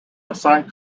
hasan